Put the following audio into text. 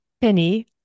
Penny